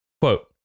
Quote